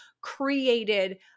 created